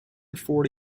forty